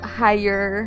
higher